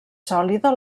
sòlida